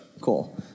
Cool